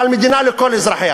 אבל מדינה לכל אזרחיה.